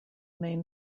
main